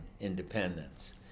independence